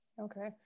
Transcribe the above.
Okay